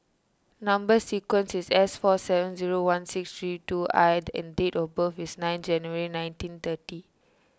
Number Sequence is S four seven zero one six three two one I and date of birth is nine January nineteen thirty